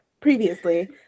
previously